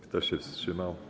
Kto się wstrzymał?